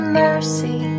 mercy